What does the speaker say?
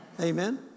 Amen